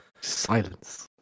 Silence